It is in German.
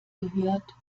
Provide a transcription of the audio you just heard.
gehört